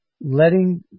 letting